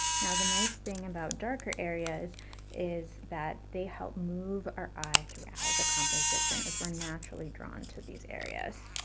now the nice thing about darker areas is that they help move our eye throughout the composition, as we're naturally drawn to these areas.